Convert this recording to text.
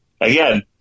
again